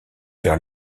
vers